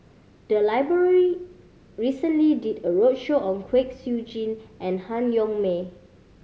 the library recently did a roadshow on Kwek Siew Jin and Han Yong May